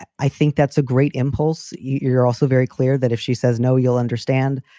i think that's a great impulse. you're you're also very clear that if she says no, you'll understand.